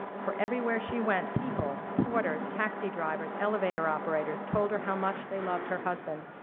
for everywhere she went, people porters, taxi drivers, elevator operators told her how much they loved her husband,